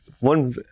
one